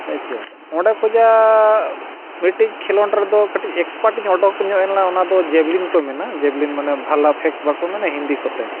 ᱦᱮᱸ ᱪᱮ ᱚᱸᱰᱮ ᱠᱷᱚᱡᱟᱜ ᱢᱤᱫᱴᱤᱡ ᱠᱷᱮᱞᱳᱸᱰ ᱨᱮᱫᱚ ᱠᱟᱹᱴᱤᱡ ᱮᱠᱥᱯᱟᱨᱴ ᱤᱧ ᱚᱰᱚᱠ ᱧᱚᱜ ᱞᱮᱱᱟ ᱚᱱᱟ ᱫᱚ ᱡᱮᱵᱽᱞᱤᱱ ᱠᱚ ᱢᱮᱱᱟ ᱡᱮᱵᱽᱞᱤᱱ ᱢᱟᱱᱮ ᱵᱷᱟᱞᱟ ᱯᱷᱮᱠ ᱵᱟᱠᱚ ᱢᱮᱱᱟ ᱦᱤᱱᱫᱤ ᱠᱚᱛᱮ